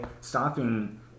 stopping